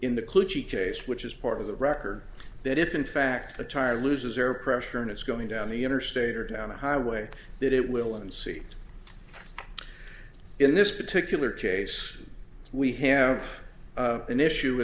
case which is part of the record that if in fact the tire loses air pressure and it's going down the interstate or down the highway that it will and see in this particular case we have an issue